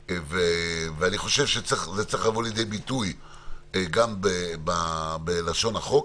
ואני חושב שזה צריך לבוא לידי ביטוי גם בלשון החוק.